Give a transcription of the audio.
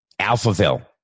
Alphaville